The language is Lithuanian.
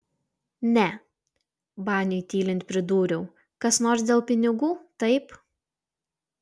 ne baniui tylint pridūriau kas nors dėl pinigų taip